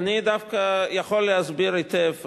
אני דווקא יכול להסביר היטב,